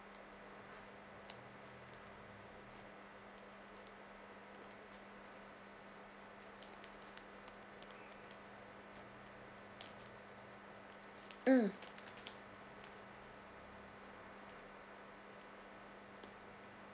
mm